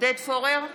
עודד פורר,